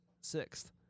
sixth